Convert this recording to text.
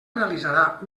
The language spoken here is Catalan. realitzarà